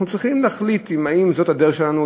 אנחנו צריכים להחליט אם זאת הדרך שלנו,